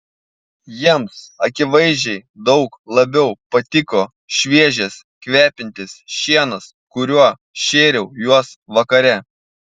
jiems akivaizdžiai daug labiau patiko šviežias kvepiantis šienas kuriuo šėriau juos vakare